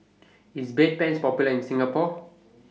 IS Bedpans Popular in Singapore